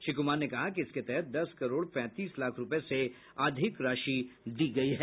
श्री कुमार ने कहा कि इसके तहत दस करोड़ पैंतीस लाख रूपये से अधिक राशि दी गयी है